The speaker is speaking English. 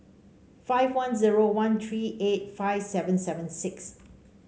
five one zero one three eight five seven seven six